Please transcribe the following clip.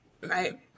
right